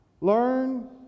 Learn